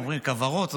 אומרים כוורות,